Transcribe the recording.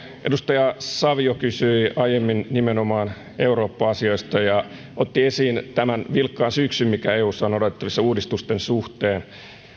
edustaja savio kysyi aiemmin nimenomaan eurooppa asioista ja otti esiin tämän vilkkaan syksyn mikä eussa on odotettavissa uudistusten suhteen